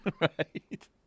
Right